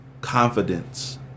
confidence